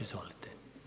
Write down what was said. Izvolite.